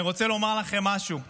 אני רוצה לומר לכם משהו פה,